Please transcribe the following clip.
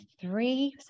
three